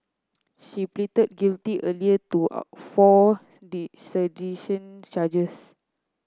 she pleaded guilty earlier to a four sedition charges